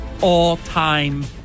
all-time